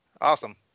Awesome